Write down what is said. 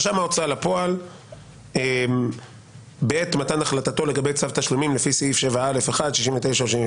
רשם ההוצאה לפועל בעת מתן החלטתו לגבי צו תשלומים לפי סעיף 7א1 יידע